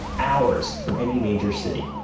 hours from any major city.